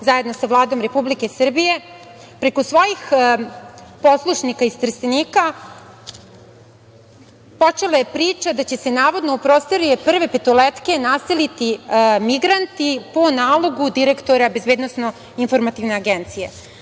zajedno sa Vladom Republike Srbije, preko svojih poslušnika iz Trstenika počela je priča da će se navodno u prostorije „Prve Petoletke“ naseliti migranti po nalogu direktora BIA.Ljudi koji su preplašeni